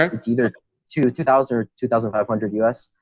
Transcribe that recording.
um it's either two two thousand or two thousand five hundred. us.